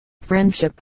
friendship